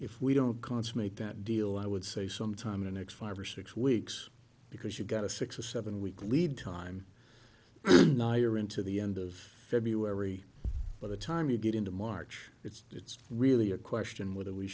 if we don't consummate that deal i would say sometime in next five or six weeks because you've got a six or seven week lead time you're into the end of february but the time you get into march it's really a question whether we